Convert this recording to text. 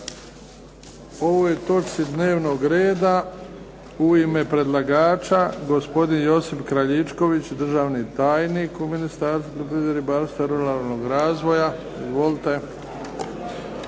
ovoj točci dnevnog reda u ime predlagača, gospodin Josip Kraljičković, državni tajnik u Ministarstvu poljoprivrede, ribarstva i ruralnog razvoja. Izvolite.